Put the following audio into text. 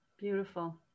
Beautiful